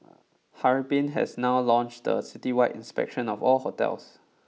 Harbin has now launched a citywide inspection of all hotels